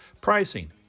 Pricing